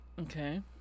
Okay